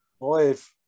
Five